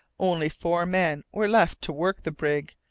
only four men were left to work the brig,